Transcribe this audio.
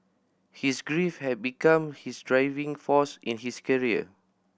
his grief had become his driving force in his career